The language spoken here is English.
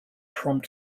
prompt